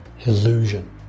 illusion